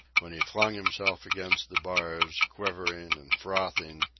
when he flung himself against the bars, quivering and frothing,